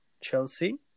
Chelsea